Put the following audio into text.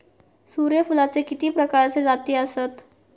सूर्यफूलाचे किती प्रकारचे जाती आसत?